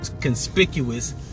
conspicuous